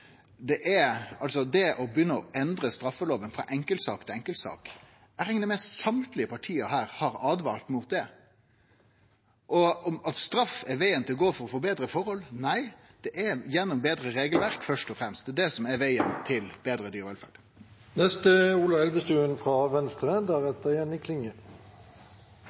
Det å begynne å endre straffelova frå enkeltsak til enkeltsak – eg reknar med at alle partia her har åtvara mot det. At straff er vegen å gå for å få betre forhold – nei, det er gjennom betre regelverk, først og fremst. Det er det som er vegen til betre